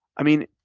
i mean,